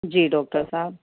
جی doctor صاحب